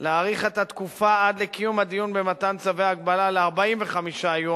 גיסא להאריך את התקופה עד לקיום הדיון במתן צווי הגבלה ל-45 יום,